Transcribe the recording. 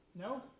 No